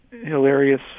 hilarious